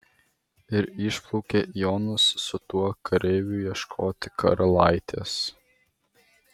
ir išplaukė jonas su tuo kareiviu ieškoti karalaitės